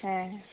ᱦᱮᱸ